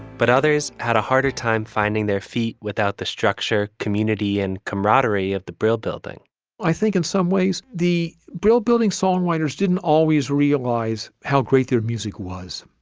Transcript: but others had a harder time finding their feet without the structure, community and camaraderie of the brill building i think in some ways the brill building songwriters didn't always realize how great their music was.